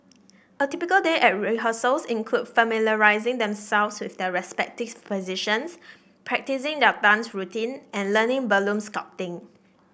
a typical day at rehearsals includes familiarising themselves with their respective positions practising their dance routine and learning balloon sculpting